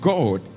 God